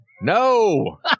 No